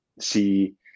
see